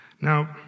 Now